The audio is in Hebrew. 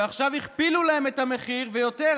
ועכשיו הכפילו להם את המחיר ויותר,